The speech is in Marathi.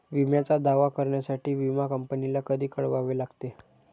विम्याचा दावा करण्यासाठी विमा कंपनीला कधी कळवावे लागते?